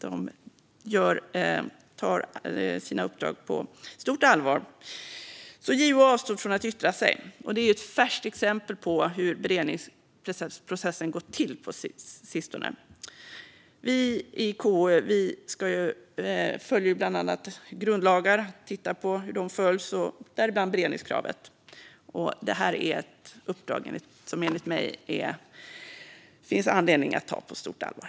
De tar sina uppdrag på stort allvar. JO avstod alltså från att yttra sig. Det är ett färskt exempel på hur beredningsprocessen gått till på sistone. Vi i KU tittar bland annat på hur grundlagarna följs - däribland beredningskravet. Det är, enligt mig, ett uppdrag som det finns anledning att ta på stort allvar.